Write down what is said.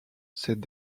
cette